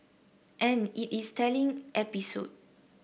and it is a telling episode